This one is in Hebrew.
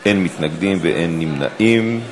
אין מתנגדים ואין נמנעים.